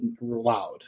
loud